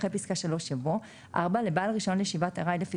אחרי פסקה (3) יבוא: "(4)לבעל רישיון לישיבת ארעי לפי